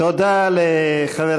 תודה לחבר